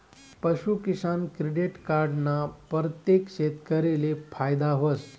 पशूकिसान credit card ना परतेक शेतकरीले फायदा व्हस